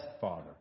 father